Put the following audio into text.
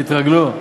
תתרגלו.